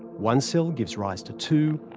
one cell gives rise to two,